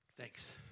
Thanks